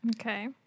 Okay